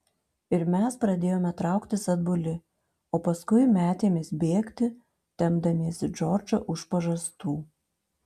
ir mes pradėjome trauktis atbuli o paskui metėmės bėgti tempdamiesi džordžą už pažastų